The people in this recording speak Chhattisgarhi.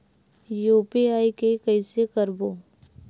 यू.पी.आई के कइसे करबो?